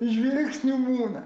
žvilgsnių būna